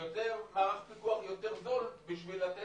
זה יוצר מערך פיקוח יותר זול בשביל לתת